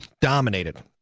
Dominated